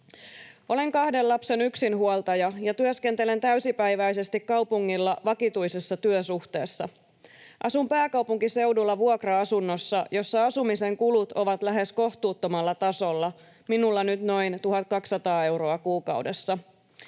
”Olen kahden lapsen yksinhuoltaja ja työskentelen täysipäiväisesti kaupungilla vakituisessa työsuhteessa. Asun pääkaupunkiseudulla vuokra-asunnossa, jossa asumisen kulut ovat lähes kohtuuttomalla tasolla, minulla nyt noin 1 200 euroa kuukaudessa.